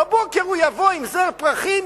בבוקר הוא יבוא עם זר פרחים,